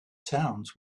towns